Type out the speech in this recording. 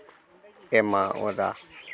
ᱮᱢᱟᱣᱟᱫᱟ